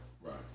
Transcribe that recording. right